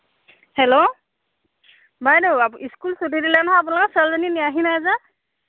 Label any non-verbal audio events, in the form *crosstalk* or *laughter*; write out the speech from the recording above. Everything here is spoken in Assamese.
হেল্ল' বাইদেউ *unintelligible* স্কুল চুটি দিলে নহয় আপোনালোকৰ ছোৱালীজনী নিয়াহি নাই যে